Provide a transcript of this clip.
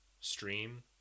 stream